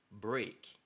break